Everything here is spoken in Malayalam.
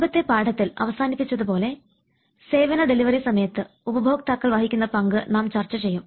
മുൻപത്തെ പാഠത്തിൽ അവസാനിപ്പിച്ചത് പോലെ സേവന ഡെലിവറി സമയത്ത് ഉപഭോക്താക്കൾ വഹിക്കുന്ന പങ്ക് നാം ചർച്ച ചെയ്യും